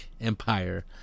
Empire